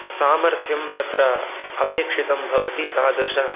सामर्थ्यं तत्र अपेक्षितं भवति तादृशम्